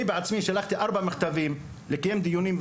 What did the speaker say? אני בעצמי שלחתי ארבעה מכתבים כדי לקיים דיונים כאן